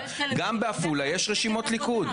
גם בעפולה יש רשימות ליכוד.